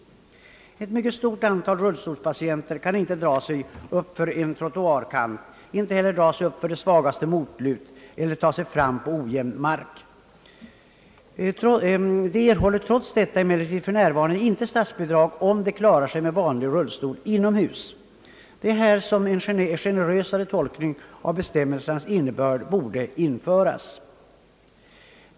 Ett mycket stort antal rullstolspatienter kan inte dra sig uppför en trottoarkant, inte heller dra sig uppför det svagaste motlut eller ta sig fram på ojämn mark. De erhåller trots detta ej statsbidrag om de klarar sig med vanlig rullstol inomhus. Det är här som en generösare tolkning av bestämmelsens innebörd borde införas.